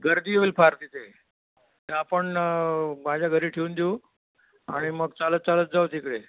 गर्दी होईल फार तिथे तर आपण माझ्या घरी ठेवून देऊ आणि मग चालत चालत जाऊ तिकडे